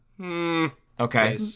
Okay